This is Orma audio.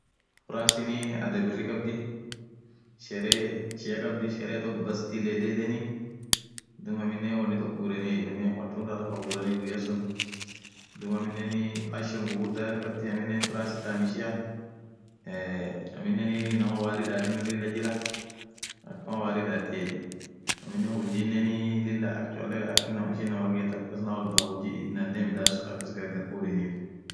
France adhaa birri khabdhi sherehe toko bast lady day yedheni dhubinen woni toko ghureni wonni akaaa matunda toko ghureni guyya suun dhub aminen passion ghughurdha khadhi france thaam ishia aminen inamaa warri dhathinen lila jira akamaa warii dhatiye aminen hujinen akaa cholee inamaa ghethu Kaa huji dhandhe midhas akas gharghar fudheniff